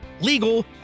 legal